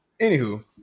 Anywho